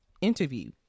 interview